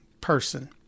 person